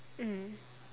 mmhmm